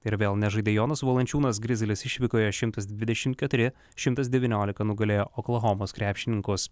ir vėl nežaidė jonas valančiūnas grizlis išvykoje šimtas dvidešimt keturi šimtas devyniolika nugalėjo oklahomos krepšininkus